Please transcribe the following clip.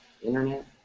Internet